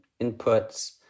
inputs